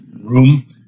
room